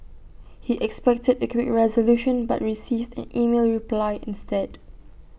he expected A quick resolution but received an email reply instead